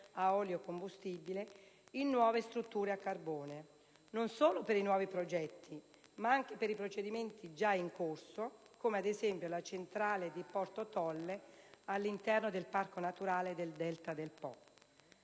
ad olio combustibile in nuove strutture a carbone, non solo per i nuovi progetti ma anche per i procedimenti già in corso come, ad esempio, la centrale di Porto Tolle all'interno del Parco naturale del Delta del Po.